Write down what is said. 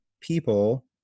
people